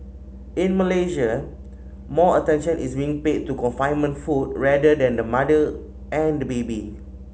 in Malaysia more attention is being paid to confinement food rather than the mother and baby